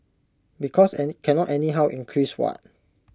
because any cannot anyhow increase what